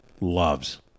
loves